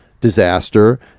disaster